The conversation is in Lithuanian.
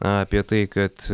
apie tai kad